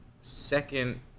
second